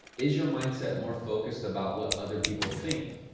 is your mindset more focused about what other people think?